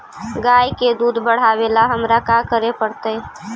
गाय के दुध बढ़ावेला हमरा का करे पड़तई?